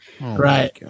Right